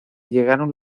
llegaron